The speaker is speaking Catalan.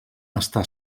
està